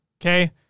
okay